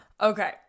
Okay